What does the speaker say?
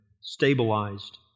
stabilized